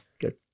Good